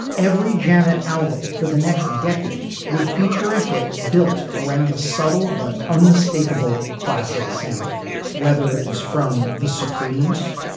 every janet album for the next decade would feature a hit built around a subtle but unmistakable classic sample whether it was from the supremes.